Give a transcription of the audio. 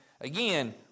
again